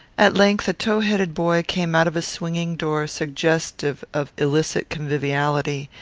at length a tow-headed boy came out of a swinging door suggestive of illicit conviviality,